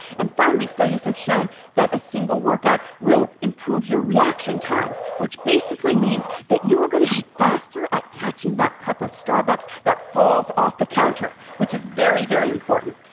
and finally, studies have shown that a single workout will improve your reaction times which basically means that you are going to be faster at catching that cup of starbucks that falls off the counter, which is very, very important.